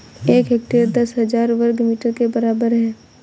एक हेक्टेयर दस हजार वर्ग मीटर के बराबर है